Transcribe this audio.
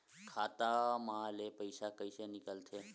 खाता मा ले पईसा कइसे निकल थे?